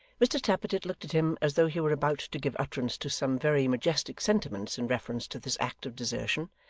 mr tappertit looked at him as though he were about to give utterance to some very majestic sentiments in reference to this act of desertion,